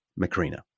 Macrina